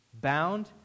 bound